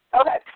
Okay